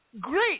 Great